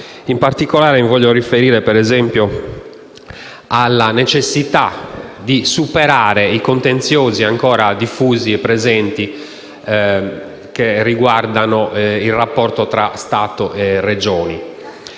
In particolare, mi voglio riferire, per esempio, alla necessità di superare i contenziosi ancora diffusi e presenti che riguardano il rapporto tra Stato e Regioni.